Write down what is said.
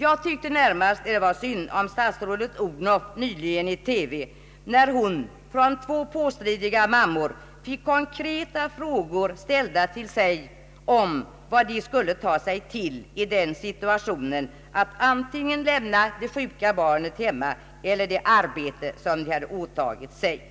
Jag tyckte närmast att det var synd om statsrådet Odhnoff nyligen i TV, när hon från två påstridiga mammor fick konkreta frågor ställda till sig om vad de skulle ta sig till i den situationen att antingen lämna det sjuka barnet hemma eller det arbete som de hade åtagit sig.